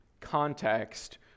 context